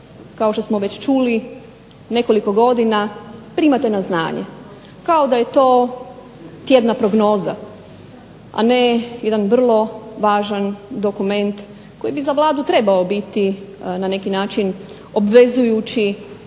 kao što smo već čuli nekoliko godina primate na znanje kao da je to tjedna prognoza, a ne jedan vrlo važan dokument koji bi za Vladu trebao biti na neki način obvezujući